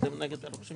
ונתחדשה